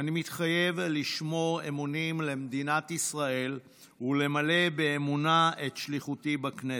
אני מתחייב לשמור אמונים למדינת ישראל ולמלא באמונה את שליחותי בכנסת.